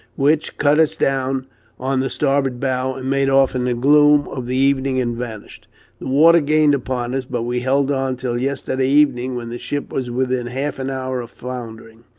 which cut us down on the starboard bow, and made off in the gloom of the evening and vanished. the water gained upon us, but we held on till yesterday evening, when the ship was within half an hour of foundering.